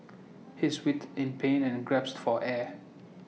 he writhed in pain and gasped for air